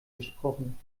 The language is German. gesprochen